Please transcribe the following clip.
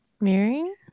Mirroring